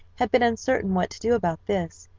had been uncertain what to do about this,